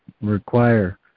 require